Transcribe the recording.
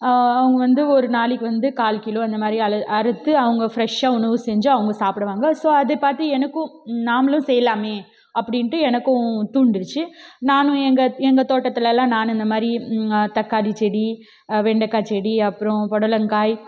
அவங்க வந்து ஒரு நாளைக்கு வந்து கால் கிலோ அந்தமாதிரி அலு அறுத்து அவங்க ஃப்ரெஷ்ஷாக உணவு செஞ்சு அவங்க சாப்பிடுவாங்க ஸோ அதை பார்த்து எனக்கும் நாமளும் செய்யலாமே அப்படின்ட்டு எனக்கும் தூண்டுச்சு நானும் எங்கள் எங்கள் தோட்டத்திலல்லாம் நானும் இந்த மாதிரி தக்காளி செடி வெண்டைக்காய் செடி அப்றம் புடலங்காய்